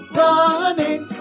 running